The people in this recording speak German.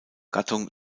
gattung